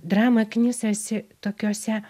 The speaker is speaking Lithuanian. drama knisasi tokiuose